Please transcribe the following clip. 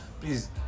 please